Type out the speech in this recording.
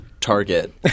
Target